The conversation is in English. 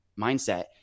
mindset